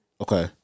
Okay